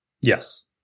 Yes